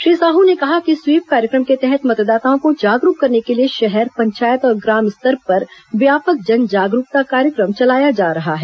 श्री साहू ने कहा कि स्वीप कार्यक्रम के तहत मतदाताओं को जागरूक करने के लिए शहर पंचायत और ग्राम स्तर पर व्यापक जन जाकरूकता कार्यक्रम चलाया जा रहा है